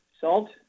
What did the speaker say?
salt